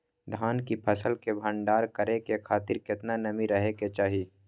धान की फसल के भंडार करै के खातिर केतना नमी रहै के चाही?